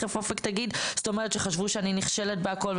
חשבו שאני נכשלת בכל,